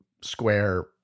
square